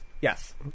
Yes